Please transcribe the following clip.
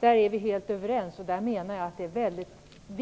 Vi är helt överens om detta. Jag menar att detta är ett mycket viktigt område.